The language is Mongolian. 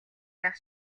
байх